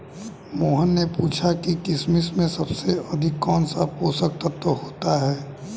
मोहन ने पूछा कि किशमिश में सबसे अधिक कौन सा पोषक तत्व होता है?